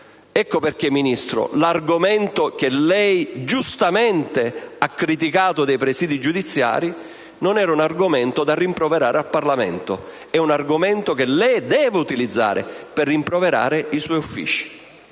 Ecco perché l'argomento, che lei giustamente ha criticato, dei presidi giudiziari non era da rimproverare al Parlamento: è un argomento che lei deve utilizzare per rimproverare i suoi uffici.